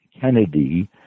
Kennedy